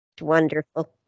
wonderful